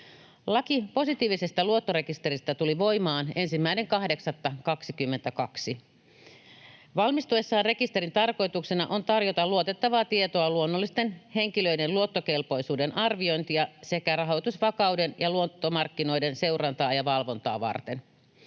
Laki positiivisesta luottorekisteristä tuli voimaan 1.8.2022. Valmistuessaan rekisterin tarkoituksena on tarjota luotettavaa tietoa luonnollisten henkilöiden luottokelpoisuuden arviointia sekä rahoitusvakauden ja luottomarkkinoiden seurantaa ja valvontaa varten.